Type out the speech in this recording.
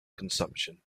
consumption